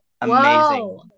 amazing